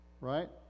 Right